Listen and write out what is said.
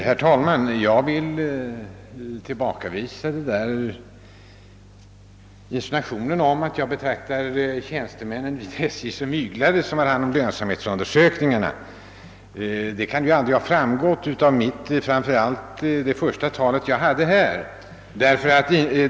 Herr talman! Jag vill tillbakavisa insinuationen att jag skulle betrakta tjänstemännen vid SJ som har hand om lönsamhetsundersökningarna som myglare. Detta kan ju aldrig ha framgått av vad jag har sagt — framför allt inte av mitt första anförande.